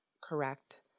correct